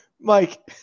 Mike